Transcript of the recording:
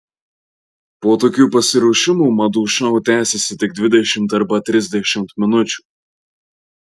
po tokių pasiruošimų madų šou tęsiasi tik dvidešimt arba trisdešimt minučių